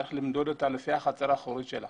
צריך למדוד אותה לפי החצר האחורית שלה